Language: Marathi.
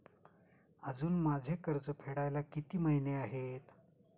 अजुन माझे कर्ज फेडायला किती महिने आहेत?